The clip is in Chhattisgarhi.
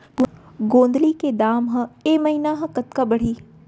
गोंदली के दाम ह ऐ महीना ह कतका बढ़ही?